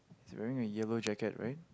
he is wearing a yellow jacket right